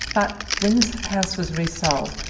but when this house was resold,